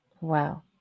Wow